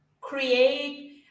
create